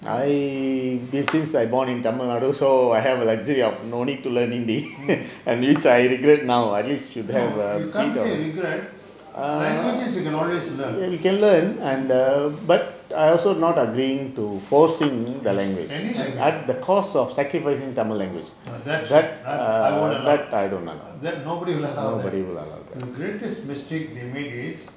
no you can't say regret languages you can always learn any language that's true I won't allow that nobody will allow that the greatest mistake they made is